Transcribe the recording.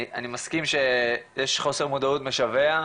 אני מסכים שיש חוסר מודעות משווע.